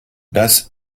das